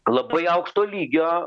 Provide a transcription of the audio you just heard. labai aukšto lygio